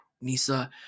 NISA